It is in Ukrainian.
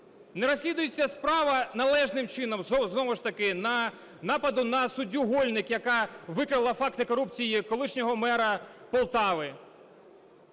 Не розслідується справа належним чином знову ж таки нападу на суддю Гольник, яка викрала факти корупції колишнього мера Полтави.